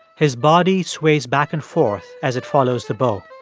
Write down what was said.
his body sways back and forth as it follows the bow.